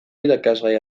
irakasgai